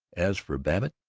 as for babbitt,